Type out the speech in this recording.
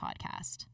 podcast